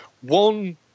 one